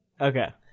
Okay